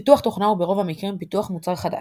פיתוח תוכנה הוא ברוב המקרים פיתוח מוצר חדש,